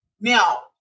Now